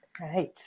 Right